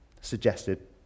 suggested